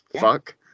fuck